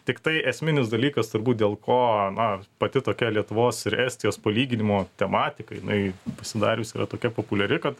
tiktai esminis dalykas turbūt dėl ko na pati tokia lietuvos ir estijos palyginimo tematika jinai pasidarius yra tokia populiari kad